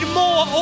more